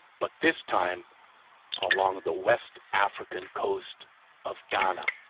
but this time along the west african coast of ghana.